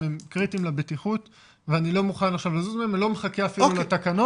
קריטיים לבטיחות ואני לא מוכן עכשיו לזוז מהם ולא מחכה אפילו לתקנות,